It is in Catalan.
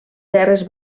terres